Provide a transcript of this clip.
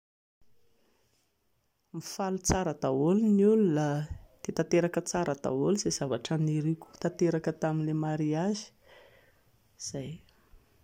Mifaly tsara daholo ny olona dia tanteraka tsara daholo izay zavatra niriako ho tanteraka tamin'ilay mariazy. Izay